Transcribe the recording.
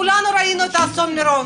כולנו ראינו מה קרה במירון.